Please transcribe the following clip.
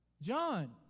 John